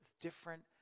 different